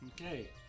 Okay